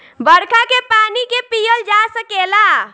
बरखा के पानी के पिअल जा सकेला